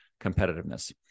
competitiveness